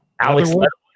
Alex